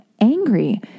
angry